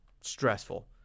stressful